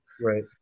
Right